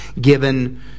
given